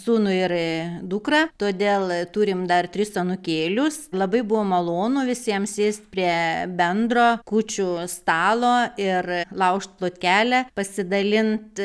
sūnų ir dukrą todėl turim dar tris anūkėlius labai buvo malonu visiems sėst prie bendro kūčių stalo ir laužt plotkelę pasidalint